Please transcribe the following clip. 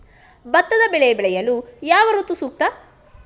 ಭತ್ತದ ಬೆಳೆ ಬೆಳೆಯಲು ಯಾವ ಋತು ಸೂಕ್ತ?